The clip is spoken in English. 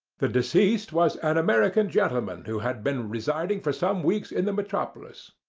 the deceased was and american gentleman who had been residing for some weeks in the metropolis.